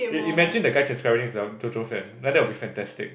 i~ imagine the guy transcribing is a JoJo fan then that will be fantastic